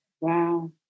Wow